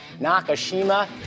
Nakashima